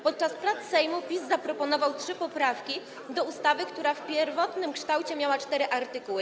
Podczas prac Sejmu PiS zaproponował trzy poprawki do ustawy, która w pierwotnym kształcie miała cztery artykuły.